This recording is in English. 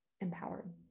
empowered